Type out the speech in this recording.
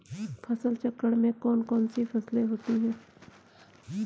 फसल चक्रण में कौन कौन सी फसलें होती हैं?